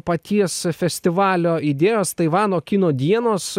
paties festivalio idėjos taivano kino dienos